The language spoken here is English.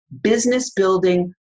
business-building